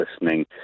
listening